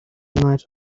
night